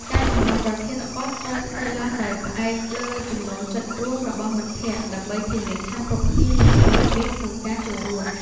ការកំណត់ប្រធានបទត្រូវធ្វើឡើងដោយផ្អែកលើចំណូលចិត្តរួមរបស់មិត្តភក្តិ ដើម្បីធានាថាគ្រប់គ្នាមានភាពរីករាយក្នុងការចូលរួម។